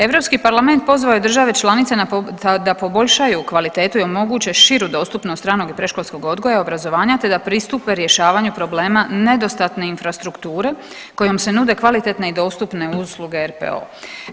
Europski parlament pozvao je države članice da poboljšaju kvalitetu i omoguće širu dostupnost ranog i predškolskog odgoja, obrazovanja te da pristupe rješavanju problema nedostatne infrastrukture kojom se nude kvalitetne i dostupne usluge RPO-u.